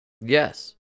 Yes